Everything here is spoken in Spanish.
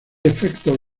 efectos